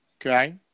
okay